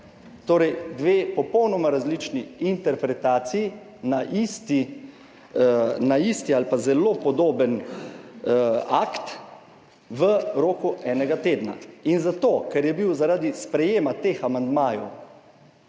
Torej, dve popolnoma različni interpretaciji na isti ali pa zelo podoben akt v roku enega tedna. In zato, ker je bil zaradi sprejetja teh amandmajev